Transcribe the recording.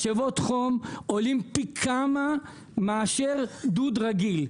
משאבות חום עולים פי כמה מאשר דוד רגיל,